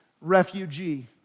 refugee